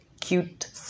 cute